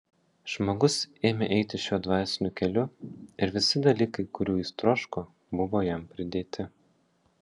žmogus ėmė eiti šiuo dvasiniu keliu ir visi dalykai kurių jis troško buvo jam pridėti